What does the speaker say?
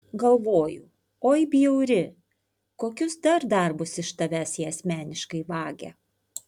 galvoju oi bjauri kokius dar darbus iš tavęs jie asmeniškai vagia